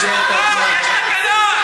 עוד פעם את מסיתה?